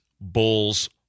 Bulls